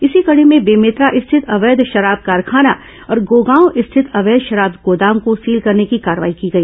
इसी कडी में बेमेतरा स्थित अवैध शराब कारखाना और गोगांव स्थित अवैध शराब गोदाम को सील करने की कार्रवाई की गई